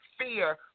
fear